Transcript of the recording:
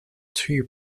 two